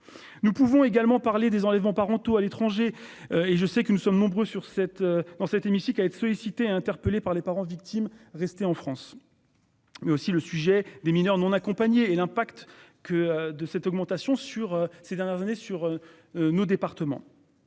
Nous pouvons également parler des enlèvements parentaux à l'étranger et je sais que nous sommes nombreux sur cet dans cet hémicycle à être sollicités, interpellés par les parents victimes rester en France. Mais aussi le sujet des mineurs non accompagnés et l'impact que de cette augmentation sur ces dernières années sur. Nos départements